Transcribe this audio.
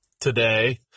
today